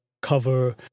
cover